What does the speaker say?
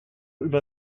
über